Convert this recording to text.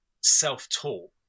self-taught